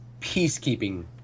peacekeeping